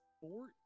four